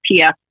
PF